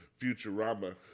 Futurama